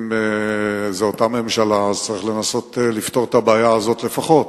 אם זאת אותה ממשלה אז צריך לנסות לפתור את הבעיה הזאת לפחות.